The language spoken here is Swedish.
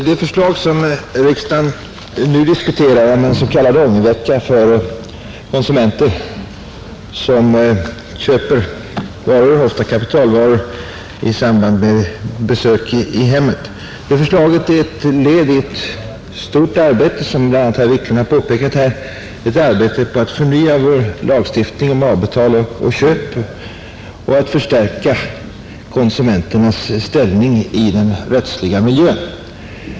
Det förslag riksdagen nu diskuterar om en s.k. ångervecka för konsumenter som köper varor — ofta kapitalvaror — i samband med besök i hemmet är, såsom bl.a. herr Wiklund i Stockholm påpekat, ett led i ett stort arbete på att förnya vår lagstiftning om avtal och köp och förstärka konsumenternas ställning i den rättsliga miljön.